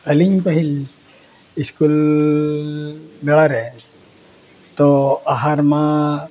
ᱟᱹᱞᱤᱧ ᱯᱟᱹᱦᱤᱞ ᱤᱥᱠᱩᱞ ᱵᱮᱲᱟᱨᱮ ᱛᱚ ᱟᱦᱟᱨ ᱢᱟ